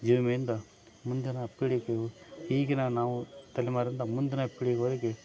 ಜೀವ ವಿಮೆಯಿಂದ ಮುಂದಿನ ಪೀಳಿಗೆಯು ಈಗಿನ ನಾವು ತಲೆಮಾರಿಂದ ಮುಂದಿನ ಪೀಳಿಗೆವರೆಗೆ